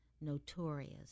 notorious